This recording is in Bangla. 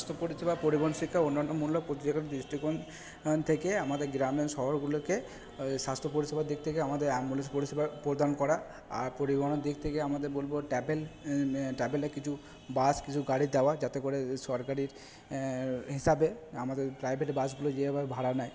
স্বাস্থ্য পরিষেবা পরিবহন শিক্ষা ও অন্যান্য মূল্যে প্রতি দৃষ্টিকোণ থেকে আমাদের গ্রামে ও শহরগুলোকে স্বাস্থ্য পরিষেবার দিক থেকে আমাদের অ্যাম্বুলেন্স পরিষেবা প্রদান করা আর পরিবহনের দিক থেকে আমাদের বলব ট্যাবেল ট্যাবেলে কিছু বাস কিছু গাড়ি দেওয়া যাতে করে সরকারির হিসাবে আমাদের প্রাইভেট বাসগুলো যেভাবে ভাড়া নেয়